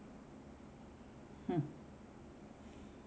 hmm